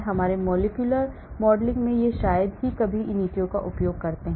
हमारे molecular modeling में हम शायद ही कभी initio का उपयोग करते हैं